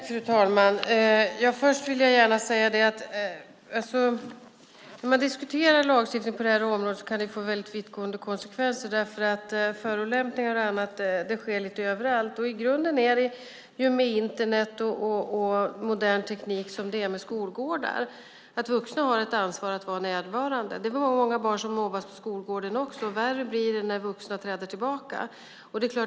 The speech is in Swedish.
Fru talman! När man diskuterar en lagstiftning på det här området kan det få väldigt vittgående konsekvenser. Förolämpningar och annat sker lite överallt. I grunden är det med Internet och modern teknik som det är med skolgårdar, nämligen att vuxna har ett ansvar att vara närvarande. Det är många barn som mobbas på skolgården också, och värre blir det när vuxna träder tillbaka.